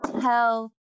tell